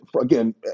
again